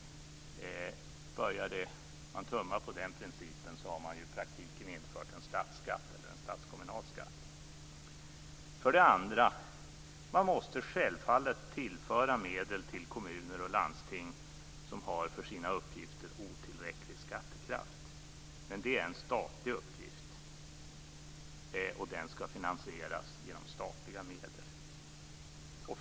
Börjar man att tumma på den principen har man i praktiken infört en statsskatt eller en statskommunal skatt. För det andra: Man måste självfallet tillföra medel till de kommuner och landsting som har otillräcklig skattekraft för sina uppgifter. Men det är en statlig uppgift, och den skall finansieras genom statliga medel.